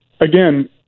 again